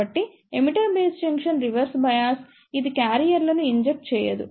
కాబట్టి emitter base junction reverse bias ఇది క్యారియర్లను ఇంజెక్ట్ చేయదు